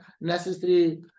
necessary